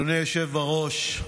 אדוני היושב-ראש,